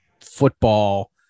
football